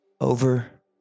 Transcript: over